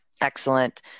Excellent